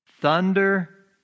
thunder